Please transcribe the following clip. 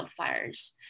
wildfires